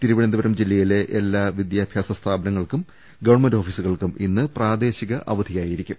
തിരുവനന്ത പുരം ജില്ലയിലെ എല്ലാ വിദ്യാഭ്യാസ സ്ഥാപനങ്ങൾക്കും ഗവൺമെന്റ് ഓഫീസുകൾക്കും ഇന്ന് പ്രാദേശിക അവധിയായിരിക്കും